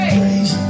praise